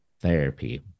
therapy